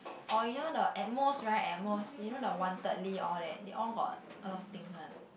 or you know the at most right at most you know the Wantedly all that they all got a lot of things one